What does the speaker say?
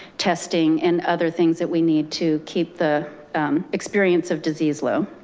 testing, and other things that we need to keep the experience of disease low.